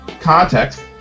Context